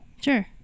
Sure